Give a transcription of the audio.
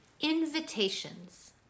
invitations